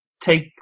take